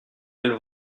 elles